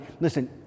Listen